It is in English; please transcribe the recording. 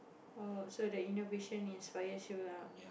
oh so the innovation is fire shield lah